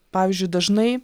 pavyzdžiui dažnai